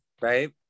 Right